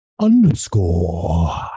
underscore